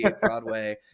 Broadway